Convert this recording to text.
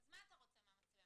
אז מה אתה רוצה מהמצלמה.